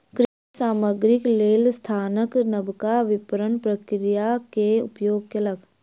कृषि सामग्रीक लेल संस्थान नबका विपरण प्रक्रियाक उपयोग कयलक